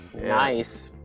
Nice